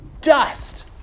dust